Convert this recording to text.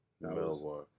Melbourne